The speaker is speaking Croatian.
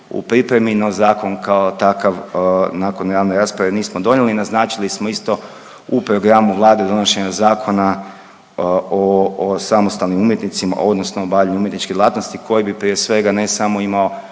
u pripremi, no zakon kao takav nakon javne rasprave nismo donijeli. Naznačili smo isto u programu Vlade donošenje Zakona o samostalnim umjetnicima odnosno o obavljanju umjetničke djelatnosti koje bi prije svega ne samo imao